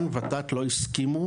ות"ת לא הסכימו